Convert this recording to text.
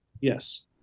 Yes